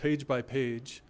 page by page